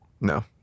no